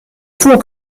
fond